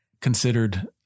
considered